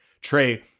Trey